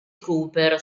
cooper